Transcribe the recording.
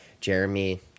Jeremy